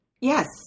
Yes